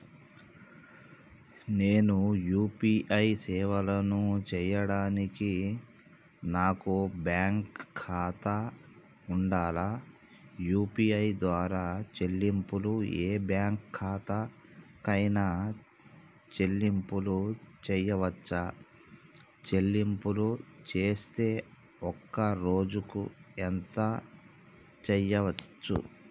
నేను యూ.పీ.ఐ సేవలను చేయడానికి నాకు బ్యాంక్ ఖాతా ఉండాలా? యూ.పీ.ఐ ద్వారా చెల్లింపులు ఏ బ్యాంక్ ఖాతా కైనా చెల్లింపులు చేయవచ్చా? చెల్లింపులు చేస్తే ఒక్క రోజుకు ఎంత చేయవచ్చు?